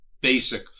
basic